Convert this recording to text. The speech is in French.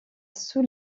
sous